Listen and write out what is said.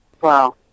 Wow